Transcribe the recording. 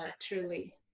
truly